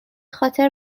خاطر